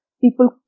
people